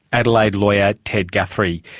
adelaide lawyer ted guthrie.